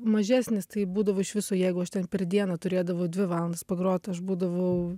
mažesnis tai būdavo iš viso jeigu aš ten per dieną turėdavau dvi valandas pagrot tai aš būdavau